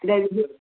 Delhi